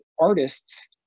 artists